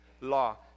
law